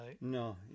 No